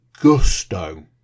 gusto